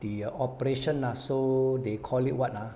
the operation ah so they call it what ah